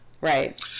Right